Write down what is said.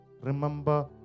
remember